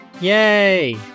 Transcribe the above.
Yay